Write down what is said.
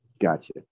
Gotcha